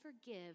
forgive